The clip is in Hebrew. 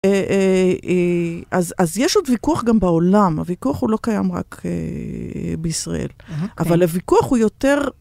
אז יש עוד ויכוח גם בעולם, הוויכוח הוא לא קיים רק בישראל, אבל הוויכוח הוא יותר.